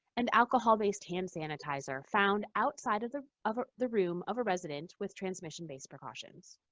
and alcohol-based hand sanitizer found outside of the of ah the room of a resident with transmission-based precautions.